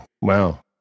Wow